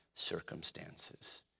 circumstances